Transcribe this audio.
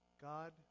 God